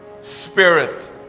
spirit